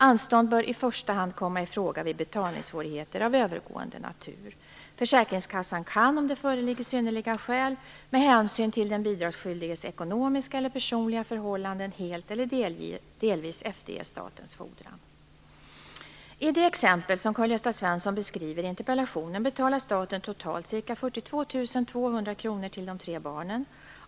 Anstånd bör i första hand komma i fråga vid betalningssvårigheter av övergående natur. Försäkringskassan kan, om det föreligger synnerliga skäl med hänsyn till den bidragsskyldiges ekonomiska eller personliga förhållanden, helt eller delvis efterge statens fordran. I det exempel som Karl-Gösta Svenson beskriver i interpellationen betalar staten totalt ca 42 200 kr till de tre barnen.